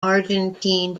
argentine